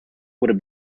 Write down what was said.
would